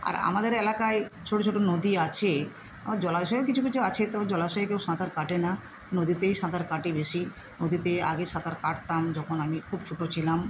আর আমাদের অ্যালাকায় ছোটো ছোটো নদী আছে জলাশয়ও কিছু কিছু আছে তবু জলাশয়ে কেউ সাঁতার কাটে না নদীতেই সাঁতার কাটে বেশি নদীতে আগে সাঁতার কাটতাম যখন আমি খুব ছোটো ছিলাম